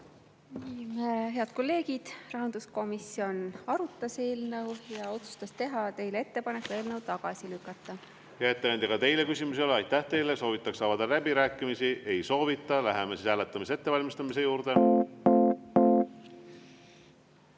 Head kolleegid! Rahanduskomisjon arutas eelnõu ja otsustas teha teile ettepaneku eelnõu tagasi lükata. Hea ettekandja, ka teile küsimusi ei ole. Aitäh teile! Soovitakse avada läbirääkimisi? Ei soovita. Läheme siis hääletamise ettevalmistamise juurde.